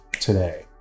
today